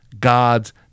God's